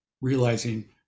realizing